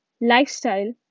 lifestyle